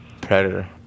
Predator